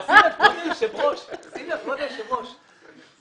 פשוט כבוד היושב ראש העלה את הסוגיה הזאת.